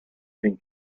been